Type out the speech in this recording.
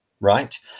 Right